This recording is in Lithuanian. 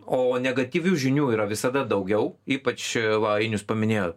o negatyvių žinių yra visada daugiau ypač va ainius paminėjo